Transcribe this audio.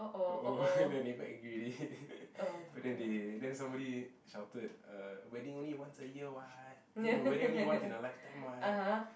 oh oh then they angry already but then they then somebody shouted uh wedding only once a year what eh no wedding only once in a lifetime what